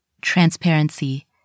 transparency